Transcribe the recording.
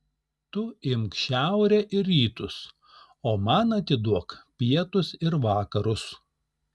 tu imk šiaurę ir rytus o man atiduok pietus ir vakarus